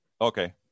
Okay